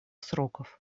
сроков